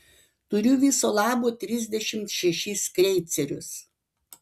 turiu viso labo trisdešimt šešis kreicerius